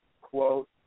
quote